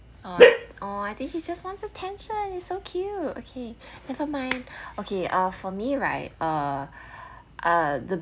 !aww! !aww! I think he just wants attention it's so cute okay never mind okay uh for me right uh uh the